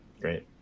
Great